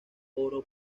oro